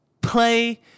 play